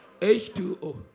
H2O